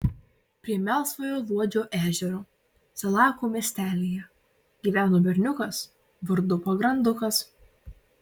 prie melsvojo luodžio ežero salako miestelyje gyveno berniukas vardu pagrandukas